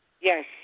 Yes